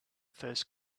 first